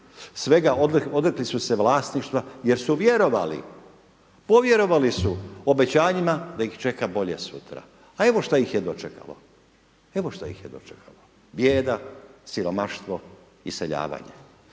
Svega, odrekli su se vlasništva jer su vjerovali, povjerovali su obećanjima da ih čeka bolje sutra, a evo što ih je dočekalo. Evo što ih je